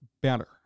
better